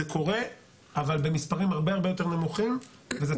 זה קורה אבל במספרים הרבה הרבה יותר נמוכים וזה צריך להיות יעד לאומי.